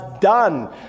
done